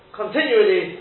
continually